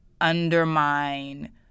undermine